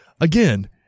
again